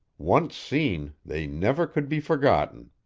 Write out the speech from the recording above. once seen they never could be forgotten.